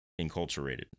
enculturated